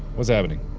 what's happening?